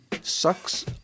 sucks